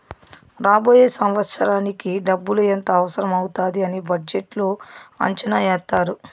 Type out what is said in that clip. రాబోయే సంవత్సరానికి డబ్బులు ఎంత అవసరం అవుతాది అని బడ్జెట్లో అంచనా ఏత్తారు